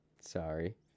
sorry